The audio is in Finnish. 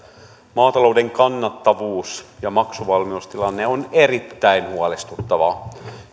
maatalouden kannattavuus ja maksuvalmiustilanne on erittäin huolestuttava